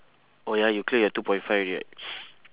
oh ya you clear your two point five already right